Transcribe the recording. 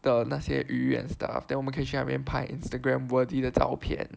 的那些鱼 and stuff then 我们可以去那边拍 Instagram worthy 的照片